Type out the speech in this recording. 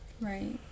Right